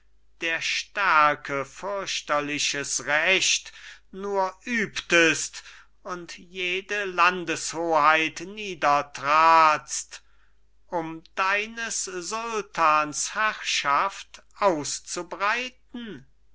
der stärke fürchterliches recht nur übtest und jede landeshoheit niedertratst um deines sultans herrschaft auszubreiten